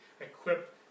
equipped